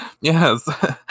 yes